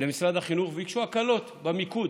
למשרד החינוך, ביקשו הקלות במיקוד,